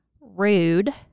rude